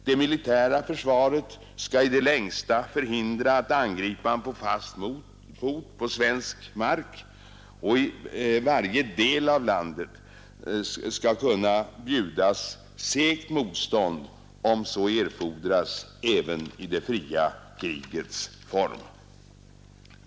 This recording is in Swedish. Det militära försvaret skall i det längsta förhindra att angriparen får fast fot på svensk mark. I varje del av landet skall kunna bjudas segt motstånd, om så erfordras även i det fria krigets form.